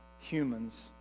humans